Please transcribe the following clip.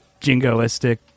jingoistic